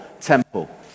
temple